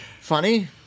funny